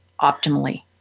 optimally